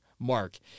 Mark